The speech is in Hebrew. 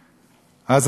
אז על מה אנחנו מדברים?